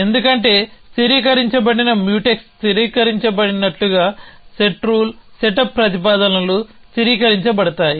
ఎందుకంటే స్థిరీకరించబడిన మ్యూటెక్స్ స్థిరీకరించ బడినట్లుగా సెట్ రూల్సెటప్ ప్రతిపాదనలు స్థిరీకరించబడతాయి